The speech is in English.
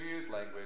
language